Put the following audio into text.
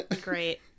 Great